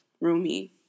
Rumi